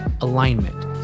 alignment